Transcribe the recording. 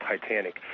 Titanic